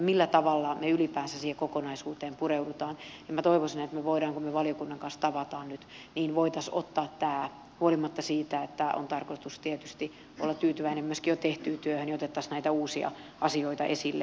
millä tavalla me ylipäänsä siihen kokonaisuuteen pureudummekaan niin minä toivoisin että me voisimme kun me valiokunnan kanssa tapaamme nyt ottaa huolimatta siitä että on tarkoitus tietysti olla tyytyväinen myöskin jo tehtyyn työhön näitä uusia asioita esille